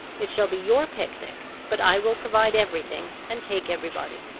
it shall be your picnic, but i will provide everything and take everybody.